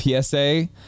PSA